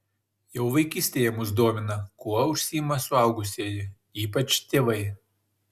jau vaikystėje mus domina kuo užsiima suaugusieji ypač tėvai